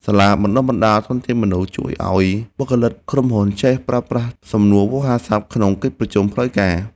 សាលាបណ្ដុះបណ្ដាលធនធានមនុស្ស ជួយឱ្យបុគ្គលិកក្រុមហ៊ុនចេះប្រើប្រាស់សំនួនវោហារស័ព្ទក្នុងកិច្ចប្រជុំផ្លូវការ។